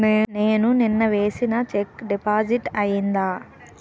నేను నిన్న వేసిన చెక్ డిపాజిట్ అయిందా?